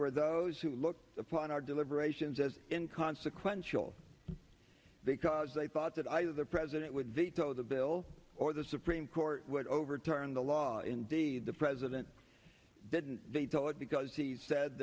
were those who looked upon our deliberations as in consequential because they thought that either the president would veto the bill or the supreme court would overturn the law indeed the president didn't veto it because he said